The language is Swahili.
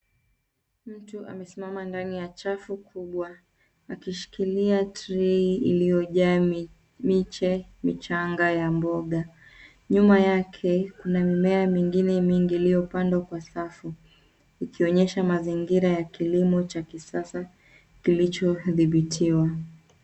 Mtu amesimama ndani ya chafu kubwa akishikilia tray iliyojaa miche michanga ya mboga. Nyuma yake kuna mimea mingine mingi iliyopandwa kwa safu ikionyesha mazingira ya kilimo cha kisasa kilichodhibitiwa.